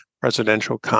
presidential